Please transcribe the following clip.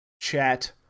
chat